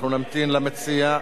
אנחנו נמתין למציע.